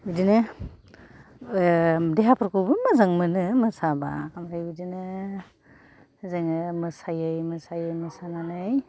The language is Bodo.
बिदिनो देहाफोरखौबो मोजां मोनो मोसाब्ला ओमफ्राय बिदिनो जोङो मोसायै मोसायै मोसानानै